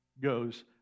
goes